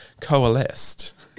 coalesced